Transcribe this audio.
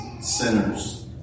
sinners